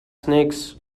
snakes